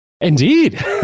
Indeed